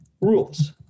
rules